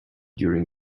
during